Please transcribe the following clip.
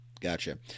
Gotcha